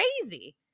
crazy